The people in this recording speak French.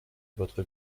votre